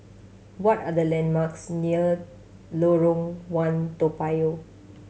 what are the landmarks near Lorong One Toa Payoh